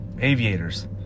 aviators